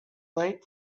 late